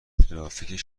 ترافیک